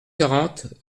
quarante